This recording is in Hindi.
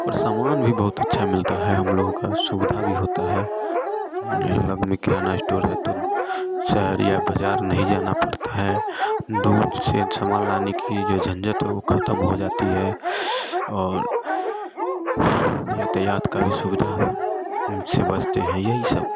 और समान भी बहुत अच्छा मिलता है हम लोगों का सुविधा भी होता है नई नवेली किराना स्टोर है तो शहर या बाजार नहीं जाना पड़ता है दूर से जो समान लाने की जो झंझट है वह खत्म हो जाती है और यातायात का भी सुविधा है इनसे बचते है यही सब है